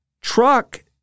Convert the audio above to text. truck